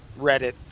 Reddit